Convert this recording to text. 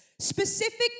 specific